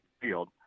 field